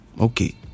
Okay